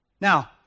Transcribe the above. Now